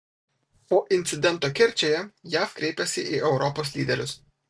po incidento kerčėje jav kreipiasi į europos lyderius